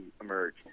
emerge